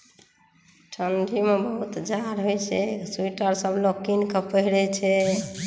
ठण्डीमे बहुत जाढ़ होइ छै स्वेटर सभ लोक किनकऽ पहिरै छै